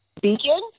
Beacon